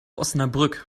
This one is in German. osnabrück